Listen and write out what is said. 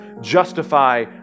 justify